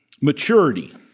Maturity